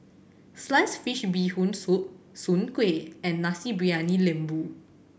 sliced fish Bee Hoon Soup Soon Kueh and Nasi Briyani Lembu